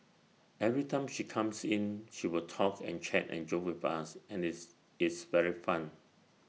every time she comes in she will talk and chat and joke with us and it's it's very fun